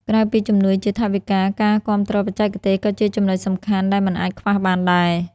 ក្រៅពីជំនួយជាថវិកា ការគាំទ្របច្ចេកទេសក៏ជាចំណុចសំខាន់ដែលមិនអាចខ្វះបានដែរ។